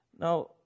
Now